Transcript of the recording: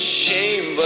shame